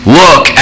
look